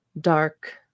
dark